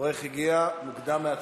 תורך הגיע מוקדם מהצפוי.